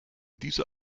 diese